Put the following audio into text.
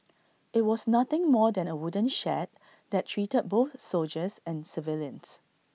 IT was nothing more than A wooden shed that treated both soldiers and civilians